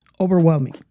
overwhelming